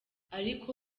ariko